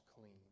clean